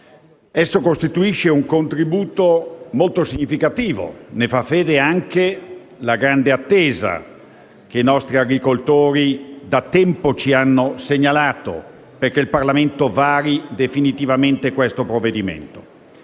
Esso costituisce un contributo molto significativo: ne fa fede anche la grande attesa che i nostri agricoltori da tempo ci hanno segnalato perché il Parlamento vari definitivamente il provvedimento